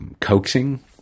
coaxing